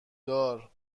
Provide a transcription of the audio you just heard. دار